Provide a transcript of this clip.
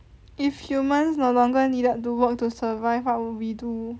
if humans no longer needed to work to survive what would we do